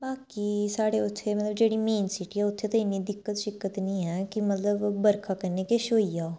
बाकी साढ़े उत्थे मतलब जेह्ड़ी मेन सिटी ऐ उत्थे ते इ'न्नी दिक्कत शिक्कत नी ऐ कि मतलब बरखा कन्नै किश होई गेआ